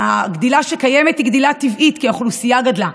הגדילה שקיימת היא גדילה טבעית כי האוכלוסייה גדלה.